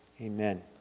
Amen